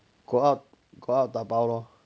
go out go out 打包 lor